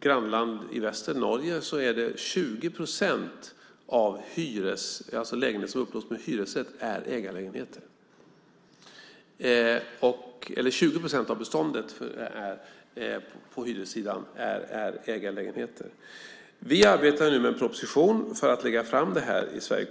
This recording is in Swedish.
grannland i väster, Norge. Där är 20 procent av beståndet på hyressidan ägarlägenheter. Vi arbetar nu med en proposition för att lägga fram det här i Sverige.